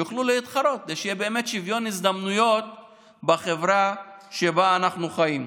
כדי שיוכלו להתחרות ושיהיה באמת שוויון הזדמנויות בחברה שבה אנחנו חיים.